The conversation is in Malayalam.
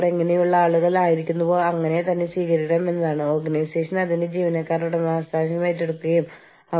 അതിനാൽ നിങ്ങൾക്കറിയാമോ നിങ്ങൾക്ക് കാണാനാകുന്നതുപോലെ ഈ ഓരോ ഘട്ടങ്ങളും ഓർഗനൈസേഷന്റെ പ്രധാന ഭരണത്തിന്റെ ഇടപെടലിനെക്കുറിച്ച് കൂടുതൽ കൂടുതൽ സംസാരിക്കുന്നു